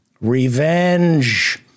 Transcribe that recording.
revenge